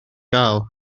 gael